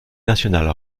nationale